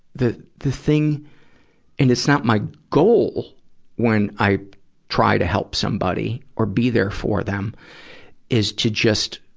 the, the thing and it's not my goal when i try to help somebody or be there for them is to just,